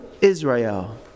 Israel